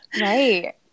Right